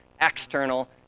external